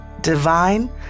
divine